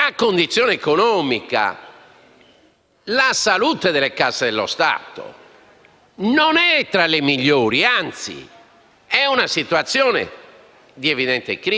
Non possiamo quindi introdurre in questa fase un elemento aggiuntivo di difficoltà.